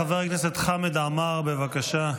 חבר הכנסת חמד עמאר, בבקשה.